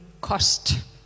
cost